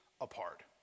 apart